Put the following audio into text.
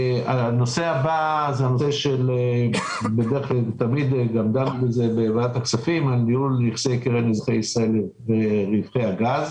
הנושא הבא הוא ניהול נכסי קרן אזרחי ישראל ורווחי הגז